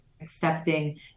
accepting